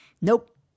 Nope